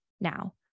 now